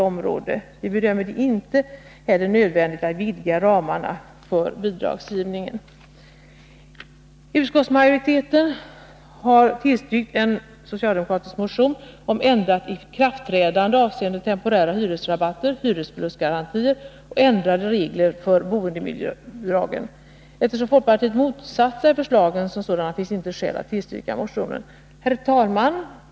Vi bedömer det inte heller som nödvändigt att vidga ramarna för bidragsgivningen. Utskottsmajoriteten har tillstyrkt en socialdemokratisk motion om ändrat ikraftträdande av temporära hyresrabatter, hyresförlustgarantier och ändrade regler för boendemiljöbidrag. Eftersom folkpartiet motsatt sig förslagen som sådana finns inte skäl att tillstyrka motionen. Herr talman!